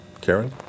Karen